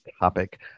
topic